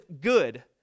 good